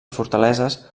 fortaleses